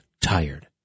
tired